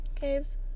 Caves